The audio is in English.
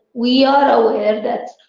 we are aware that